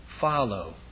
follow